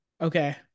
Okay